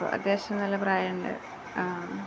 അപ്പോള് അത്യാവശ്യം നല്ല പ്രായമുണ്ട്